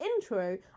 intro